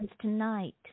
tonight